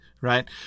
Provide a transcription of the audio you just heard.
right